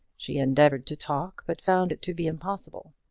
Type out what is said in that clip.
she endeavoured to talk, but found it to be impossible.